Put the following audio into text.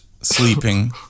sleeping